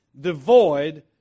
devoid